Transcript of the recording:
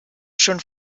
schon